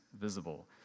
visible